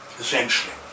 essentially